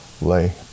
lay